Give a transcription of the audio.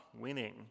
winning